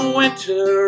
winter